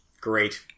Great